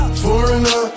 foreigner